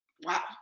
wow